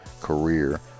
career